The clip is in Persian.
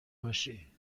باشی